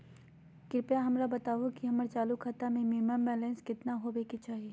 कृपया हमरा बताहो कि हमर चालू खाता मे मिनिमम बैलेंस केतना होबे के चाही